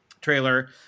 trailer